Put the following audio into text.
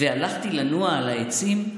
והלכתי לנוע על העצים.